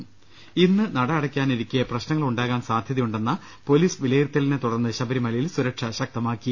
് ഇന്ന് നട അടയ്ക്കാനിരിക്കെ പ്രശ്നങ്ങളുണ്ടാകാൻ സാധ്യതയുണ്ടെന്ന പൊലീസ് വിലയിരുത്തലിനെ തുടർന്ന് ശബരിമലയിൽ സുരക്ഷ ശക്തമാക്കി